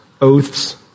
oaths